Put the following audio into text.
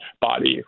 body